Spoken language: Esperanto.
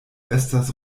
estas